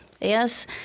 yes